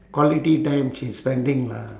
quality time she's spending lah